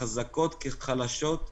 חזקות כחלשות,